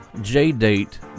J-Date